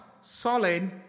solid